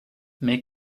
mais